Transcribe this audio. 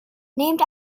named